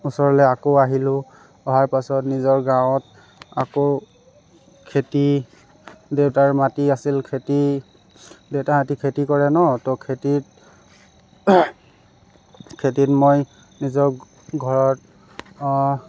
ওচৰলৈ আকৌ আহিলো অহাৰ পাছত নিজৰ গাঁৱত আকৌ খেতি দেউতাৰ মাটি আছিল খেতি দেউতাহঁতি খেতি কৰে ন ত খেতিত খেতিত মই নিজক ঘৰত